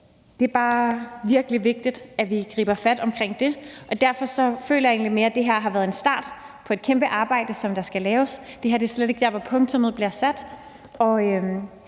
det er bare virkelig vigtigt, at vi griber fat omkring det, og derfor føler jeg egentlig mere, at det her har været en start på et kæmpe arbejde, der skal laves. Det her er slet ikke der, hvor punktummet bliver sat.